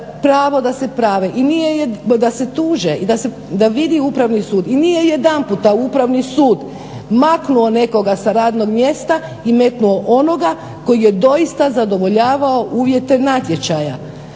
pravo da se prave, da se tuže i da vidi Upravni sud. I nije jedan puta Upravni sud maknuo nekoga sa radnog mjesta i metnuo onoga koji je doista zadovoljavao uvjete natječaja.